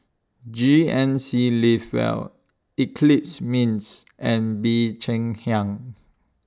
G N C Live Well Eclipse Mints and Bee Cheng Hiang